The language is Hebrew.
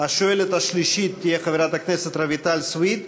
השואלת השלישית תהיה חברת הכנסת רויטל סויד,